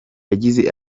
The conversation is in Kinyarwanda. yagize